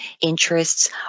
interests